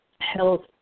Health